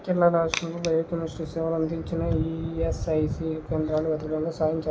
కేరళ రాష్ట్రంలో బయోకెమిస్ట్రీ సేవలు అందించే ఈఎస్ఐసి కేంద్రాలు వెతకడంలో సాయం చేస్తావా